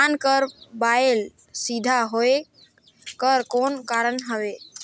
धान कर बायल सीधा होयक कर कौन कारण हवे?